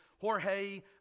Jorge